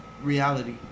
reality